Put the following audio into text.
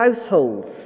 households